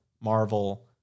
Marvel